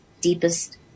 deepest